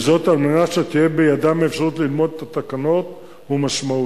על מנת שתהיה בידם האפשרות ללמוד את התקנות ומשמעותן.